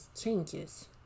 changes